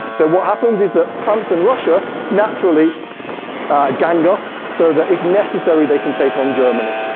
so what happens is that france and russia naturally gang up so that if necessary they can take on germany.